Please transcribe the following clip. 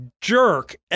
jerk